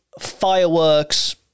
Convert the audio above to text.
fireworks